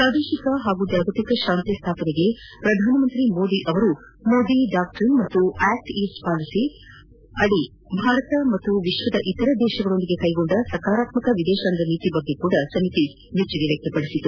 ಪ್ರಾದೇಶಿಕ ಹಾಗೂ ಜಾಗತಿಕ ಶಾಂತಿ ಸ್ಥಾಪನೆಗೆ ಪ್ರಧಾನಮಂತ್ರಿ ಮೋದಿ ಅವರು ಮೋದಿ ಡಾಕ್ಷಿನ್ ಹಾಗೂ ಆ್ಹಕ್ಸ್ ಈಸ್ಟ್ ಪಾಲಿಸಿ ಅಡಿ ಭಾರತ ಮತ್ತು ವಿಶ್ವದ ಇತರ ರಾಷ್ಟಗಳೊಂದಿಗೆ ಕೈಗೊಂಡ ಸಕಾರಾತ್ಮಕ ವಿದೇಶಾಂಗ ನೀತಿ ಬಗ್ಗೆಯೂ ಸಮಿತಿ ಪ್ರಶಂಸೆ ವ್ಯಕ್ತ ಪಡಿಸಿದೆ